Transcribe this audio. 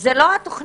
זה לא התוכנית.